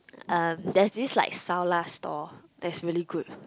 um there's this like xiao-la stall that's really good